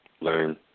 learn